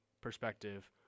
perspective